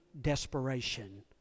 desperation